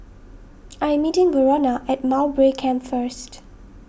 I am meeting Verona at Mowbray Camp first